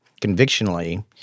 convictionally